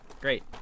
Great